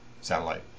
satellite